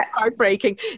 heartbreaking